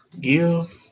give